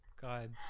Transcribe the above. God